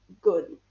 good